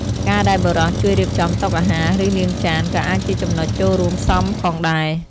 ការដែលបុរសជួយរៀបចំតុអាហារ ឬលាងចាន ក៏អាចជាចំណុចចូលរួមផ្សំផងដែរ។